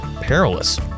perilous